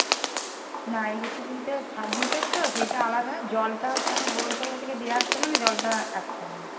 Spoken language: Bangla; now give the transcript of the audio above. না ইলেকট্রিক বিল তো সাবমিটার তো সেইটা আলাদা জলটা হচ্ছে এখন পৌরসভা থেকে দেওয়া হচ্ছে মানে জলটা একসঙ্গে